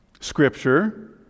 scripture